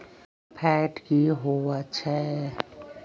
Fat की होवछै?